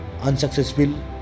unsuccessful